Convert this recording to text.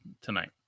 tonight